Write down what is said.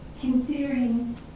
Considering